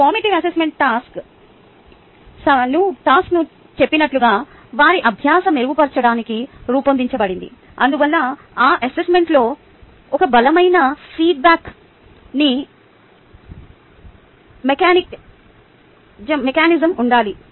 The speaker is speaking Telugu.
ఫార్మాటివ్ అసెస్మెంట్ టాస్క్ నేను చెప్పినట్లుగా వారి అభ్యాసాన్ని మెరుగుపర్చడానికి రూపొందించబడింది అందువల్ల ఆ అసెస్మెంట్ ప్లాన్లో ఒక బలమైన ఫీడ్బ్యాక్ మెకానిజం ఉండాలి